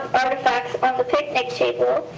artifacts on the picnic table,